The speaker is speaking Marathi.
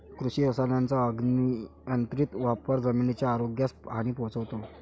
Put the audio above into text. कृषी रसायनांचा अनियंत्रित वापर जमिनीच्या आरोग्यास हानी पोहोचवतो